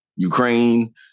Ukraine